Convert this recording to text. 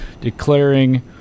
declaring